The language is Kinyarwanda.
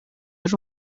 ari